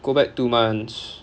go back two months